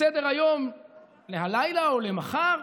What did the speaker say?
בסדר-היום ללילה או למחר,